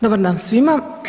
Dobar dan svima.